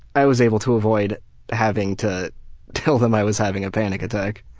i was able to avoid having to tell them i was having a panic attack.